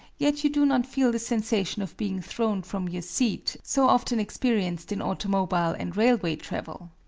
yet you do not feel the sensation of being thrown from your seat, so often experienced in automobile and railway travel.